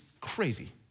crazy